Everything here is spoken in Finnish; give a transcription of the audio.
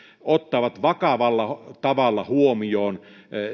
ottavat vakavalla tavalla huomioon